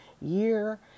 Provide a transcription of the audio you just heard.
year